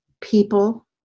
people